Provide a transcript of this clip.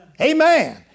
Amen